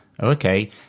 okay